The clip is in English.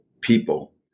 people